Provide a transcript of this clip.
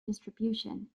distribution